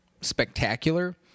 spectacular